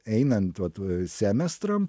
einant vat semestram